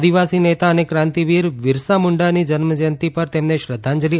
આદિવાસી નેતા અને ક્રાંતિવીર બિર સા મુંડા જન્મ જંયતિ પર તેમને શ્રદ્ધાંજલિ